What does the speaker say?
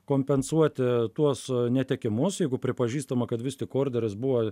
kompensuoti tuos netekimus jeigu pripažįstama kad vis tik orderis buvo